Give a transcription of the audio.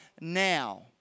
now